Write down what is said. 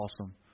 awesome